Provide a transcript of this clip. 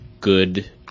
good